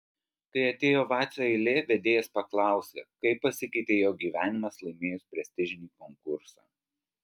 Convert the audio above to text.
kai atėjo vacio eilė vedėjas paklausė kaip pasikeitė jo gyvenimas laimėjus prestižinį konkursą